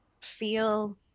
feel